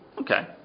Okay